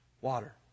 water